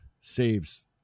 saves